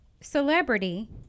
celebrity